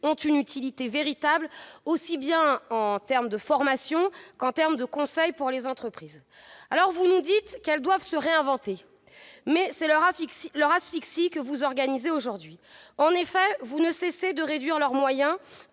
et sont véritablement utiles en matière de formation comme de conseil aux entreprises. Vous nous dites qu'elles doivent se réinventer, mais c'est leur asphyxie que vous organisez aujourd'hui. En effet, vous ne cessez de réduire leurs moyens